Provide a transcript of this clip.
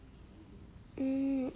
hmm